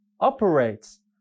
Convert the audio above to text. operates